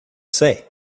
say